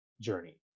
journey